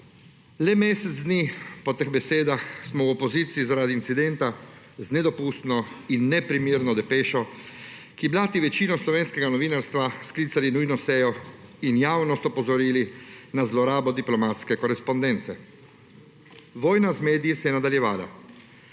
Le mesec dni po teh besedah smo v opoziciji zaradi incidenta z nedopustno in neprimerno depešo, ki blati večino slovenskega novinarstva, sklicali nujno sejo in javnost opozorili na zlorabo diplomatske korespondence. Vojna z mediji se je nadaljevala.